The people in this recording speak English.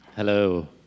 Hello